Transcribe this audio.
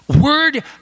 Word